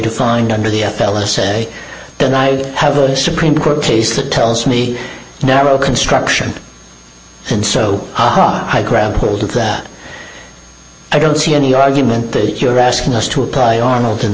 defined under the f l a say can i have a supreme court case that tells me narrow construction and so haha i grab hold of that i don't see any argument that you're asking us to apply arnold